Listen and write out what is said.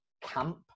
camp